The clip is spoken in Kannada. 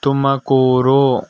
ತುಮಕೂರು